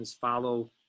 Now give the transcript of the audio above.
follow